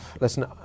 listen